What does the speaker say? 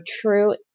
true